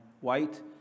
white